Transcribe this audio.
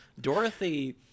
Dorothy